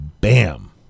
bam